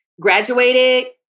graduated